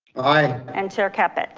aye. and chair captu.